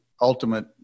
ultimate